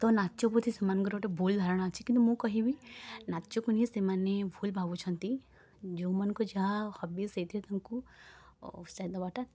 ତ ନାଚ ପ୍ରତି ସେମାନଙ୍କର ଗୋଟେ ଭୁଲ ଧାରଣା ଅଛି କିନ୍ତୁ ମୁଁ କହିବି ନାଚକୁ ନେଇ ସେମାନେ ଭୁଲ ଭାବୁଛନ୍ତି ଯେଉଁମାନଙ୍କର ଯାହା ହବି ସେଇଥିରେ ତାଙ୍କୁ ଉତ୍ସାହ ଦେବାଟା